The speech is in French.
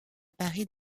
paris